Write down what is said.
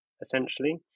essentially